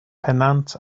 pennant